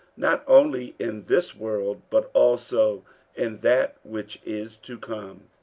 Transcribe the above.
not only in this world, but also in that which is to come